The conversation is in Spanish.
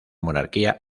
monarquía